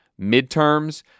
midterms